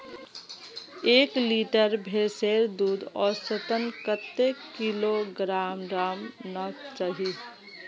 एक लीटर भैंसेर दूध औसतन कतेक किलोग्होराम ना चही?